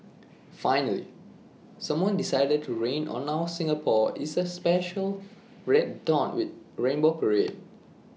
finally someone decided to rain on our Singapore is A special red dot with rainbow parade